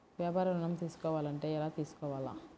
వ్యాపార ఋణం తీసుకోవాలంటే ఎలా తీసుకోవాలా?